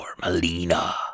Melina